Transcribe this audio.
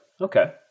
Okay